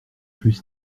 plus